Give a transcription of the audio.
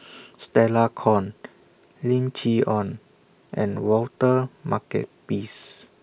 Stella Kon Lim Chee Onn and Walter Makepeace